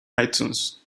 itunes